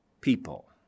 people